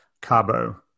cabo